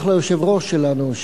ליושב-ראש שלנו,